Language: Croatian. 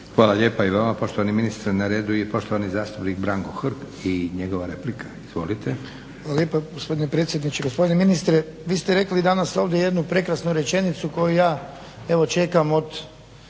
Hvala lijepa i vama poštovani ministre. Na redu je poštovani zastupnik Branko Hrg i njegova replika. Izvolite. **Hrg, Branko (HSS)** Hvala lijepo gospodine predsjedniče. Gospodine ministre, vi ste rekli danas ovdje jednu prekrasnu rečenicu koju ja evo čekam od